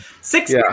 six